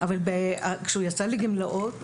אבל כשהוא יצא לגמלאות,